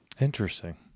Interesting